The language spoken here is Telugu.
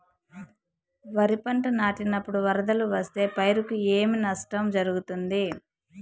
వరిపంట నాటినపుడు వరదలు వస్తే పైరుకు ఏమి నష్టం జరుగుతుంది?